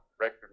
record